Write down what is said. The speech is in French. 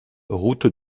route